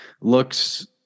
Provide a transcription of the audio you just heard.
looks